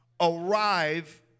arrive